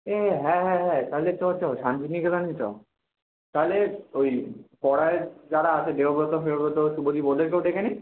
এই হ্যাঁ হ্যাঁ হ্যাঁ তাহলে চ চ শান্তিনিকেতনই চ তাহলে ওই পড়ার যারা আছে দেবব্রত ফেবব্রত শুভদীপ ওদেরকেও ডেকে নিই